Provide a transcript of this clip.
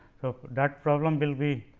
so, that problem will be